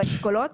באשכולות,